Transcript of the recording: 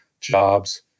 jobs